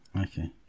Okay